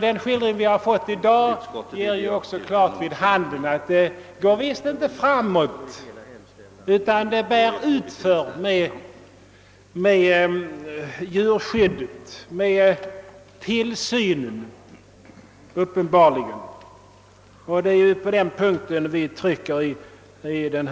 Den skildring vi har fått i dag ger också klart vid handen att utvecklingen på djurskyd dets område visst inte går framåt utan snarare utför. Djurskyddet och lagens efterlevnad blir uppenbarligen allt sämre.